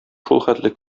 шулхәтле